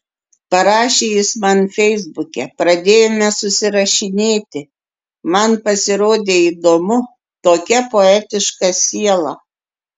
parašė jis man feisbuke pradėjome susirašinėti man pasirodė įdomu tokia poetiška siela